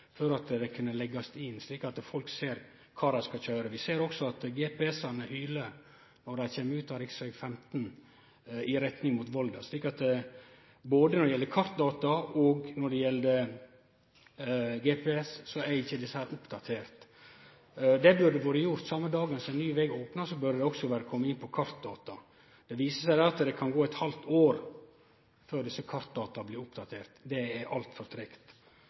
at dei kan leggast inn slik at folk ser kor dei skal køyre. Vi ser også at GPS-ane hyler når ein kjem ut av Riksveg 15 i retning mot Volda, så når det gjeld både kartdata og GPS, er ikkje desse oppdaterte. Det burde vore gjort – same dagen som ny veg opna, burde det også komme inn på kartdata. Det viser seg at det kan gå eit halvt år før desse kartdata blir oppdaterte. Det er altfor tregt. Eg har vidare eit spørsmål: Kva vil statsråden gjere for